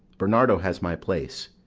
bernardo has my place.